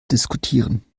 diskutieren